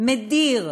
מדיר,